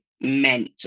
meant